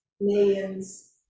millions